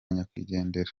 nyakwigendera